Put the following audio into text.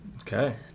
Okay